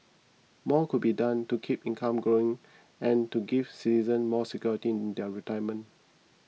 more could be done to keep income growing and to give citizen more security in their retirement